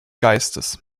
geistes